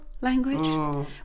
language